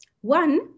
One